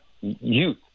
youth